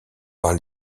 par